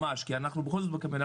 כי אנחנו בכל זאת בקמפיין,